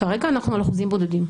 כרגע אנחנו על אחוזים בודדים,